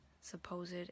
supposed